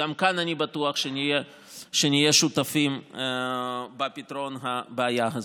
גם כאן אני בטוח שנהיה שותפים בפתרון הבעיה הזאת.